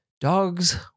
Dogs